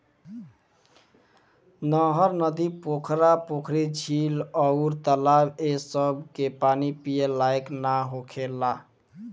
नहर, नदी, पोखरा, पोखरी, झील अउर तालाब ए सभ के पानी पिए लायक ना होखेला